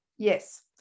Yes